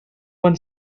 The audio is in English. one